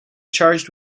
charged